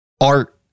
art